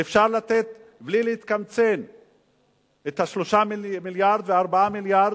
ואפשר לתת בלי להתקמצן את ה-3 מיליארד וה-4 מיליארד.